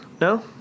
No